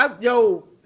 yo